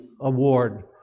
award